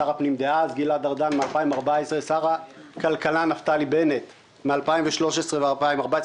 לשר הכלכלה לשעבר נפתלי בנט מ-2013 ומ-2014,